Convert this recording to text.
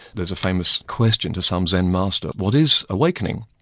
there's a famous question to some zen master. what is awakening?